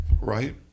Right